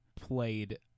played